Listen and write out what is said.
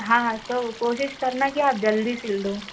हाँ हाँ तो कोशिश करना कि आप जल्दी सिल दो